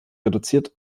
reduziert